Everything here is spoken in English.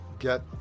get